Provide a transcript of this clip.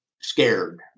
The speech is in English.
scared